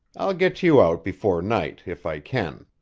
i'll get you out before night, if i can.